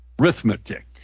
arithmetic